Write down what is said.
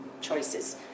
choices